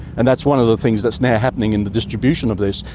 and that's one of the things that's now happening in the distribution of this,